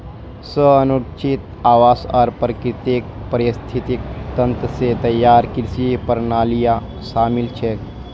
स्व अनुरक्षित आवास आर प्राकृतिक पारिस्थितिक तंत्र स तैयार कृषि प्रणालियां शामिल छेक